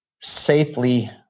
safely